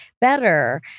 better